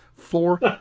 floor